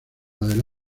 del